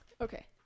Okay